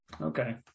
Okay